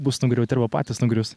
bus nugriauti arba patys nugrius